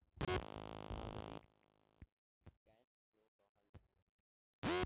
नगदी होखे के कैश फ्लो कहल जाला